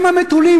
הם המתונים.